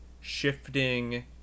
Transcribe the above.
shifting